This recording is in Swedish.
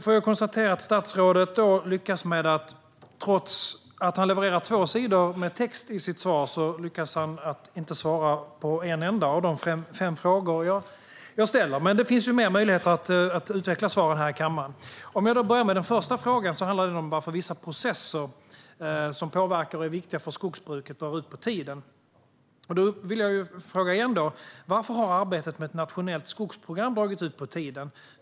Trots att statsrådet levererar två sidor text i sitt svar lyckas han inte svara på en enda av de fem frågor jag ställde. Men det finns fler möjligheter att utveckla svaren här i kammaren. Den första frågan handlade om varför vissa viktiga processer som påverkar skogsbruket drar ut på tiden. Jag frågar igen: Varför har arbetet med ett nationellt skogsprogram dragit ut på tiden?